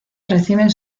reciben